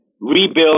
rebuild